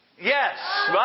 Yes